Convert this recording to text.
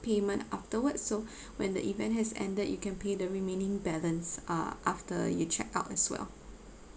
payment afterwards so when the event has ended you can pay the remaining balance uh after you check out as well